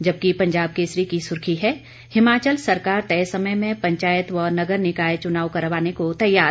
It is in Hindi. जबकि पंजाब केसरी की सुर्खी है हिमाचल सरकार तय समय में पंचायत व नगर निकाय चुनाव करवाने को तैयार